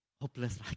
hopeless